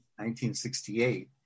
1968